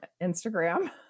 Instagram